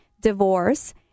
Divorce